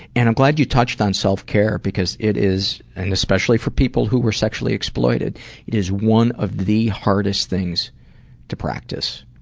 and i'm glad you touched on self-care, because it is and especially for people who were sexually exploited it is one of the hardest things to practice,